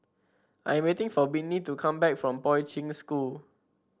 I am waiting for Whitney to come back from Poi Ching School